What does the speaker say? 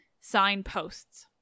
signposts